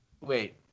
Wait